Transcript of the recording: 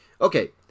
Okay